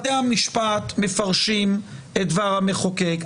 בתי המשפט מפרשים את דבר המחוקק,